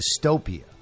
dystopia